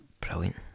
Brilliant